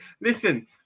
Listen